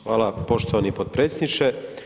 Hvala poštovani potpredsjedniče.